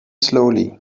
slowly